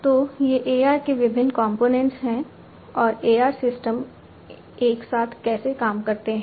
तो ये AR के विभिन्न कंपोनेंट्स हैं और AR सिस्टम एक साथ कैसे काम करते हैं